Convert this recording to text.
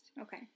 Okay